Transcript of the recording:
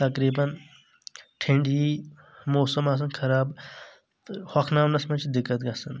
تقریٖبن ٹٔھنڈیی موسم آسان خراب تہٕ ہۄکھناونس منٛز چھ دِکتھ گژھان